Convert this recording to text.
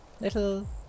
little